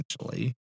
essentially